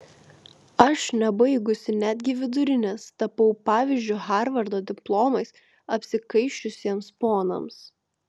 aš nebaigusi netgi vidurinės tapau pavyzdžiu harvardo diplomais apsikaišiusiems ponams